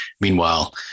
meanwhile